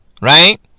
right